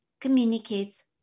communicates